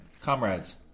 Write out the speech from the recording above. comrades